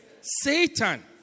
Satan